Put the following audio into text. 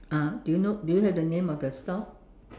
ah do you know do you have the name of the store